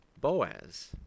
Boaz